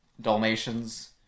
Dalmatians